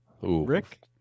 rick